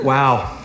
Wow